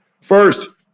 First